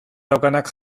daukanak